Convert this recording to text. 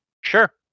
Sure